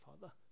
Father